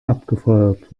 abgefeuert